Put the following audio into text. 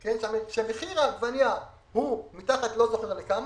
כשמחיר העגבנייה יורד מתחת לסף מסוים פתאום